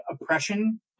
oppression